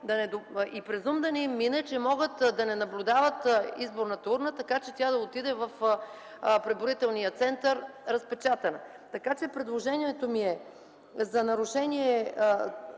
и през ум да не им мине, че могат да не наблюдават изборната урна, така че тя да отиде в преброителния център разпечатана. Предложението ми е за длъжностните